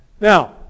Now